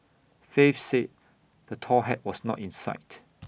faith said the tall hat was not in sight